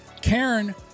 Karen